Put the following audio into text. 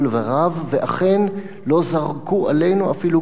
ואכן לא זרקו עלינו אפילו גרגר אורז.